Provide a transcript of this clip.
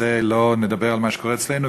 כזה לא נדבר על מה שקורה אצלנו,